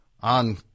on